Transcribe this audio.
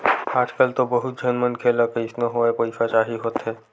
आजकल तो बहुत झन मनखे ल कइसनो होवय पइसा चाही होथे